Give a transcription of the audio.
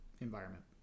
environment